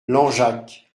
langeac